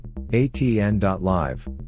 ATN.Live